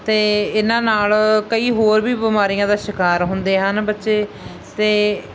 ਅਤੇ ਇਹਨਾਂ ਨਾਲ ਕਈ ਹੋਰ ਵੀ ਬਿਮਾਰੀਆਂ ਦਾ ਸ਼ਿਕਾਰ ਹੁੰਦੇ ਹਨ ਬੱਚੇ ਅਤੇ